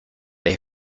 they